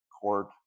court